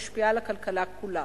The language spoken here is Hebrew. המשפיעה על הכלכלה כולה.